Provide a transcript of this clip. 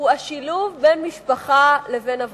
הוא השילוב בין משפחה לבין עבודה.